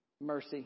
mercy